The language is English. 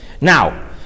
now